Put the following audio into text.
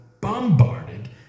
bombarded